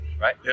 right